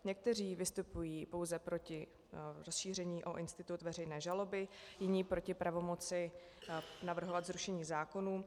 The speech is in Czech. Někteří vystupují pouze proti rozšíření o institut veřejné žaloby, jiní proti pravomoci navrhovat zrušení zákonů.